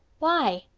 why?